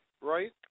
right